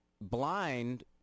blind